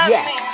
Yes